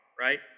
right